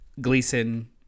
Gleason